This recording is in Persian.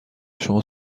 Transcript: شما